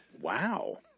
Wow